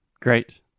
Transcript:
Great